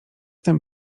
tym